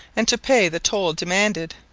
and to pay the toll demanded.